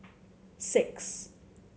six